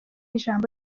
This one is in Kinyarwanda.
ijambo